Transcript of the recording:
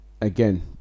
again